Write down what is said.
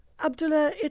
Abdullah